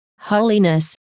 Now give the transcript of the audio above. holiness